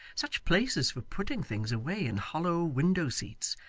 such places for putting things away in hollow window-seats,